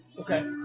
Okay